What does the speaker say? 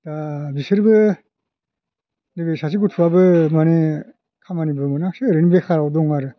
दा बिसोरबो नैबे सासे गथ'आबो माने खामानिबो मोनाख्सै ओरैनो बेखाराव दं आरो